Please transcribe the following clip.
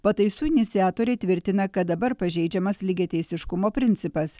pataisų iniciatoriai tvirtina kad dabar pažeidžiamas lygiateisiškumo principas